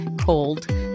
called